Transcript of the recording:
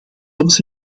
soms